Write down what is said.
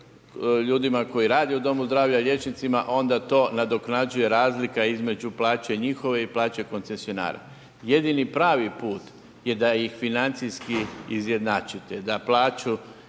ljudima koji rade u domu zdravlja liječnicima onda to nadoknađuje razlika između plaće njihove i plaće koncesionara. Jedini pravi put je da ih financijski izjednačite, da plaću